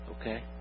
Okay